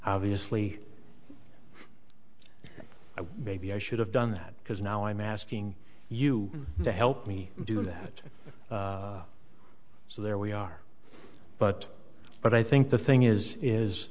obviously maybe i should have done that because now i'm asking you to help me do that so there we are but but i think the thing is is